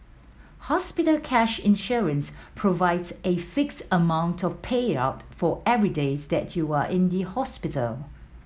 hospital cash insurance provides a fixed amount of payout for every days that you are in the hospital